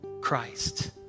Christ